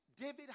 David